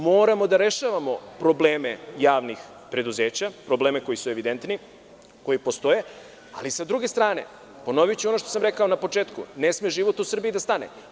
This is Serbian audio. Moramo da rešavamo probleme javnih preduzeća, probleme koji su evidentni, koji postoje, ali sa druge strane, ponoviću ono što sam rekao na početku, ne sme život u Srbiji da stane.